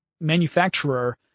manufacturer